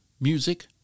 music